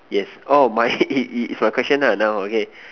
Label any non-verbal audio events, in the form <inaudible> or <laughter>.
yes oh my <noise> is my question right now okay